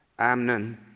Amnon